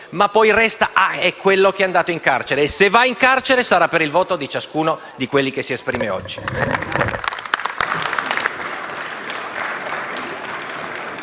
ma poi resta sempre quello che è andato in carcere. Se andrà in carcere, sarà per il voto di ciascuno di quelli che si esprimeranno oggi.